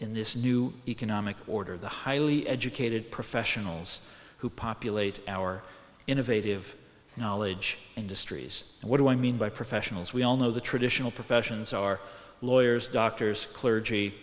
in this new economic order the highly educated professionals who populate our innovative knowledge industries what do i mean by professionals we all know the traditional professions are lawyers doctors clergy